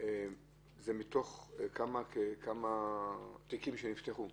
מתוך כמה תיקים שנפתחו?